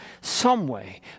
someway